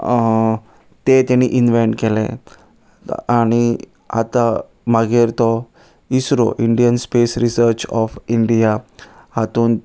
तें तेमी इन्वेंट केलें आनी आतां मागीर तो ISRO Indian space research of India हातूंत